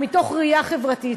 מתוך ראייה חברתית,